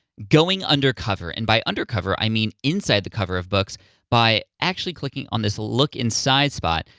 going undercover, and by undercover i mean inside the cover of books by actually clicking on this look inside spot,